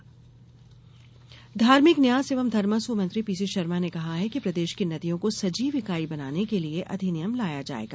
पीसीशर्मा मंत्री धार्मिक न्यास एवं धर्मस्व मंत्री पीसी शर्मा ने कहा है कि प्रदेश की नदियों को सजीव इकाई बनाने के लिए अधिनियम लाया जाएगा